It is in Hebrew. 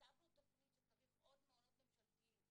כתבנו תכנית שצריך עוד מעונות ממשלתיים,